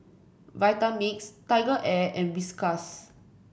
Vitamix Tiger Air and Whiskas